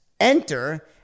enter